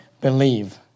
believe